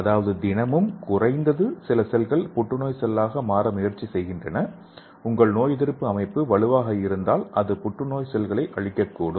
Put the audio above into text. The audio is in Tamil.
அதாவது தினமும் குறைந்தது சில செல்கள் புற்றுநோய் செல்லாக மாற முயற்சிக்கின்றன உங்கள் நோயெதிர்ப்பு அமைப்பு வலுவாக இருந்தால் அது புற்றுநோய் செல்களை அழிக்கக்கூடும்